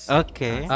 okay